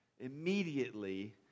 immediately